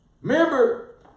Remember